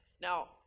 Now